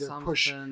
push